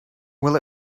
will